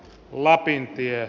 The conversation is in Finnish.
lapin työ